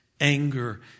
anger